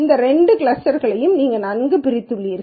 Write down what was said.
இந்த இரண்டு கிளஸ்டர்களையும் நீங்கள் நன்கு பிரித்துள்ளீர்கள்